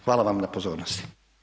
Hvala vam na pozornosti.